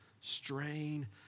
strain